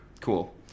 Cool